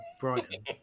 Brighton